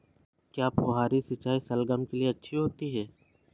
क्या फुहारी सिंचाई शलगम के लिए अच्छी होती है?